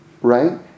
right